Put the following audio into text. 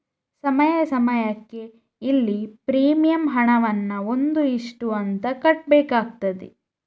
ಸಮಯ ಸಮಯಕ್ಕೆ ಇಲ್ಲಿ ಪ್ರೀಮಿಯಂ ಹಣವನ್ನ ಒಂದು ಇಷ್ಟು ಅಂತ ಕಟ್ಬೇಕಾಗ್ತದೆ